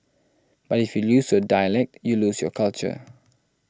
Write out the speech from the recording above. but if you lose your dialect you lose your culture